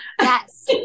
Yes